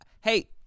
hey